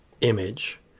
Image